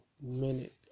minute